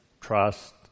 trust